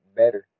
better